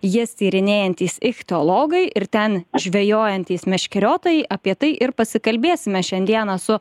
jas tyrinėjantys ichtiologai ir ten žvejojantys meškeriotojai apie tai ir pasikalbėsime šiandieną su